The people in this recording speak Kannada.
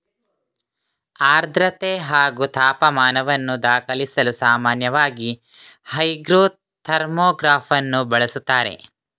ಆರ್ದ್ರತೆ ಹಾಗೂ ತಾಪಮಾನವನ್ನು ದಾಖಲಿಸಲು ಸಾಮಾನ್ಯವಾಗಿ ಹೈಗ್ರೋ ಥರ್ಮೋಗ್ರಾಫನ್ನು ಬಳಸುತ್ತಾರೆ